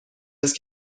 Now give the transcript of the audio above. است